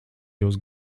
jūs